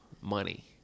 Money